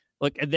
Look